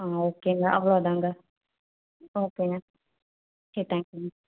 ஓகேங்க அவ்வளோதாங்க ஓகேங்க சரி தேங்யூங்க